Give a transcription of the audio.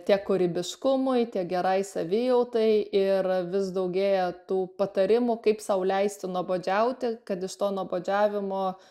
tiek kūrybiškumui tiek gerai savijautai ir vis daugėja tų patarimų kaip sau leisti nuobodžiauti kad iš to nuobodžiavimo